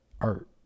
art